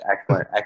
excellent